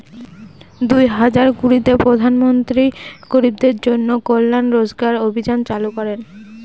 দুই হাজার কুড়িতে প্রধান মন্ত্রী গরিবদের জন্য কল্যান রোজগার অভিযান চালু করেন